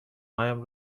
هایم